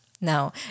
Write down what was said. No